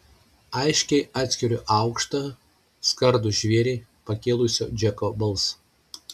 aiškiai atskiriu aukštą skardų žvėrį pakėlusio džeko balsą